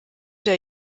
der